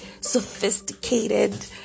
sophisticated